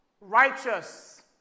righteous